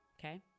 okay